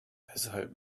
weshalb